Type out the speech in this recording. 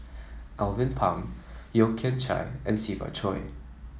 Alvin Pang Yeo Kian Chai and Siva Choy